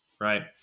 Right